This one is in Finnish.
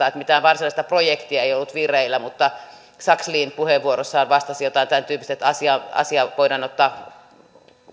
että mitään varsinaista projektia ei ollut vireillä mutta sakslin puheenvuorossaan vastasi jotain tämäntyyppistä että asia voidaan ottaa